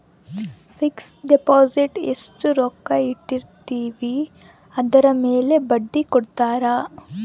fix deposit ಎಸ್ಟ ರೊಕ್ಕ ಇಟ್ಟಿರ್ತಿವಿ ಅದುರ್ ಮೇಲೆ ಬಡ್ಡಿ ಕೊಡತಾರ